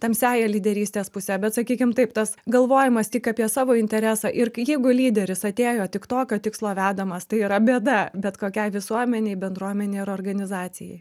tamsiąja lyderystės puse bet sakykim taip tas galvojimas tik apie savo interesą ir kai jeigu lyderis atėjo tik tokio tikslo vedamas tai yra bėda bet kokiai visuomenei bendruomenei ar organizacijai